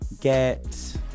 Get